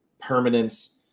permanence